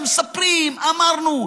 מספרים: אמרנו,